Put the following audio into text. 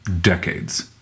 decades